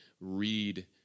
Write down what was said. read